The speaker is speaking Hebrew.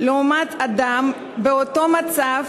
לעומת אדם באותו מצב